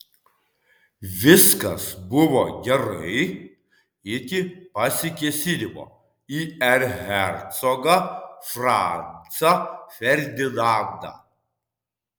viskas buvo gerai iki pasikėsinimo į erchercogą francą ferdinandą